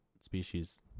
species